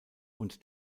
und